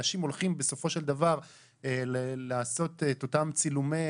אנשים הולכים בסופו של דבר לעשות את אותם צילומי